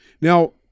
Now